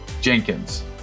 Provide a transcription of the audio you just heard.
Jenkins